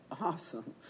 awesome